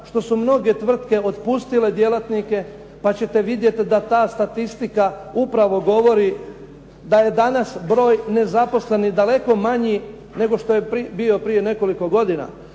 što su mnoge tvrtke otpustile djelatnike, pa ćete vidjeti da ta statistika upravo govori da je danas broj nezaposlenih daleko manji nego što je bio prije nekoliko godina.